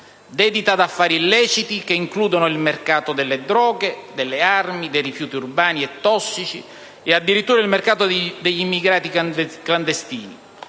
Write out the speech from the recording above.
dedita ad affari illeciti che includono il mercato delle droghe, delle armi, dei rifiuti urbani e tossici e addirittura il mercato degli immigrati clandestini.